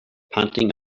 panting